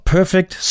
Perfect